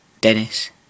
Dennis